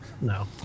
no